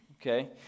Okay